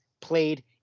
played